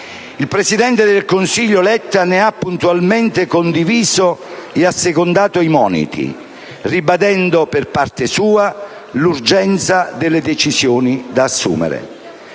Il presidente del Consiglio Letta ne ha puntualmente condiviso e assecondato i moniti, ribadendo per parte sua l'urgenza delle decisioni da assumere.